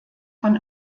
von